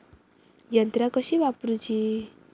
यंत्रा कशी वापरूची?